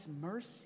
mercy